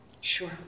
sure